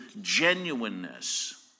genuineness